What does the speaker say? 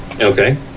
Okay